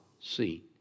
seen